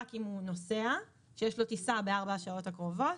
אם הוא נוסע שיש לו טיסה בארבע השעות הקרובות